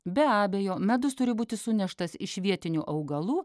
be abejo medus turi būti suneštas iš vietinių augalų